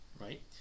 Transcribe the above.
right